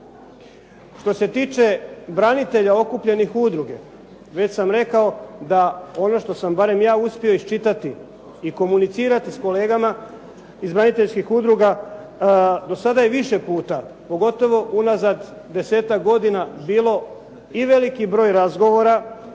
Što se tiče branitelja okupljenih u udruge već sam rekao da ono što sam barem ja uspio iščitati i komunicirati s kolegama iz braniteljskih udruga do sada je više puta pogotovo unazad desetak godina bilo i veliki broj razgovora